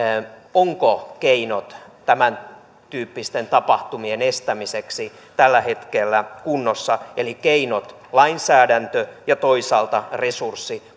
ovatko keinot tämäntyyppisten tapahtumien estämiseksi tällä hetkellä kunnossa eli ovatko keinot lainsäädäntö ja toisaalta poliisin resurssit